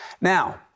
Now